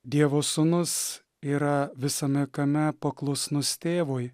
dievo sūnus yra visame kame paklusnus tėvui